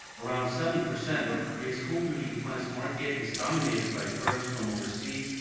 around seventy percent of korea's home beauty appliance market is dominated by firms from overseas.